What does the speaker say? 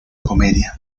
comedia